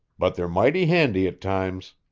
but they're mighty handy at times.